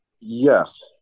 Yes